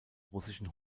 russischen